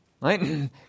Right